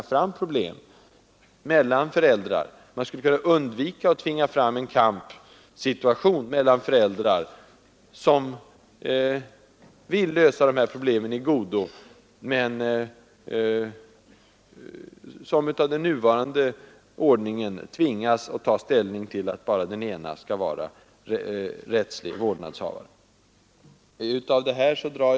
Däremot skulle man kunna undvika att tvinga fram en kampsituation mellan föräldrar som vill lösa problemet i godo men som med den nuvarande ordningen måste ta ställning till vilken av de båda som skall vara rättslig vårdnadshavare.